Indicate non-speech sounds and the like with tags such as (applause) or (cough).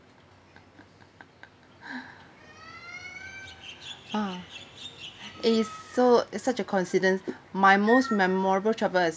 (laughs) ah is so it's such a coincidence my most memorable travels